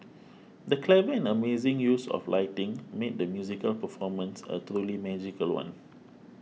the clever and amazing use of lighting made the musical performance a truly magical one